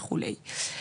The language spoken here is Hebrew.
וכולי.